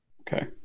Okay